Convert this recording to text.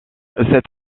cet